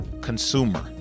consumer